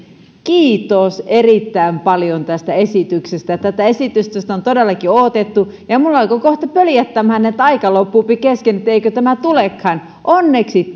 kiitos erittäin paljon tästä esityksestä tätä esitystä on todellakin odotettu ja minua alkoi kohta pöljättämään että aika loppuupi kesken että eikö tämä tulekaan onneksi